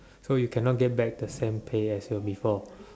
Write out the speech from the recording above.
so you cannot get back the same pay as your before